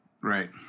Right